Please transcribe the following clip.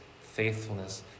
faithfulness